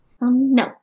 No